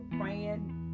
praying